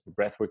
breathwork